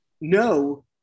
no